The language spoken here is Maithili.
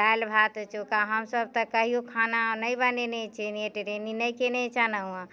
दालि भात चोखा हमसभ तऽ कहियो खाना नहि बनेने छियै ट्रेनिंग नहि कयने छलहुँ हेँ